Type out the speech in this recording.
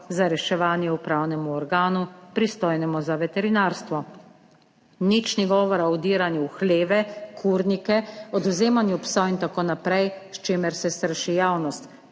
za reševanje upravnemu organu, pristojnemu za veterinarstvo. Nič ni govora o vdiranju v hleve, kurnike, odvzemanju psov in tako naprej, s čimer se straši javnost.